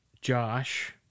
Josh